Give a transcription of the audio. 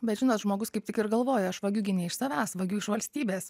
bet žinot žmogus kaip tik ir galvoja aš vagiu gi ne iš savęs vagiu iš valstybės